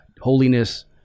holiness